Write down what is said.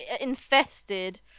infested